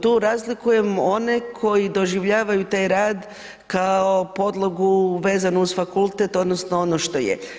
Tu razlikujem one koji doživljavaju taj rad kao podlogu vezanu uz fakultet odnosno ono što je.